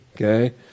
okay